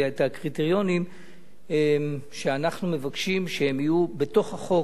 ואת הקריטריונים שאנחנו מבקשים שהם יהיו בתוך החוק,